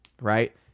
right